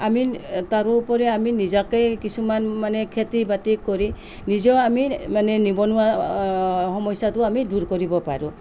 আমি তাৰো উপৰি আমি নিজাকে কিছুমান মানে খেতি বাতি কৰি নিজেও আমি মানে নিবনুৱা সমস্যাটো আমি দূৰ কৰিব পাৰোঁ